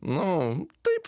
nu taip